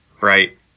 Right